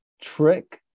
trick